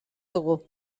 dugu